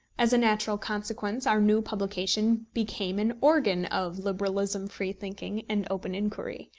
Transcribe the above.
as a natural consequence, our new publication became an organ of liberalism, free-thinking, and open inquiry.